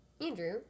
Andrew